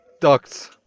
ducts